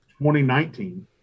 2019